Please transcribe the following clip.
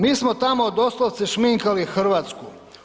Mi smo tamo doslovce šminkali Hrvatsku.